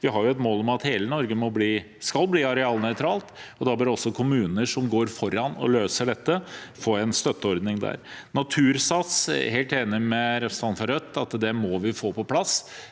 Vi har et mål om at hele Norge skal bli arealnøytralt, og da bør også kommuner som går foran og løser dette, få en støtteordning. Når det gjelder Natursats, er jeg helt enig med representanten fra Rødt i at det må vi få på plass.